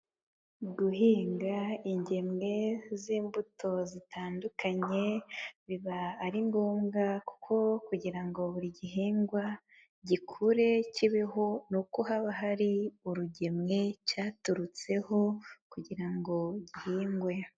Guhinga ingemwe z'imbuto zitandukanye, biba ari ngombwa kuko kugira ngo buri gihingwa gikure kibeho, ni uko haba hari urugemwe cyaturutseho kugira ngo gihingwe.